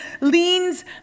leans